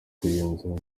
kugenzura